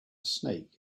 snake